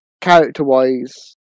character-wise